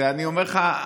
אני אומר לך,